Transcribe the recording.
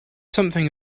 something